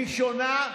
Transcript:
לראשונה.